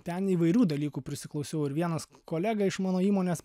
ten įvairių dalykų prisiklausiau ir vienas kolega iš mano įmonės